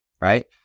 Right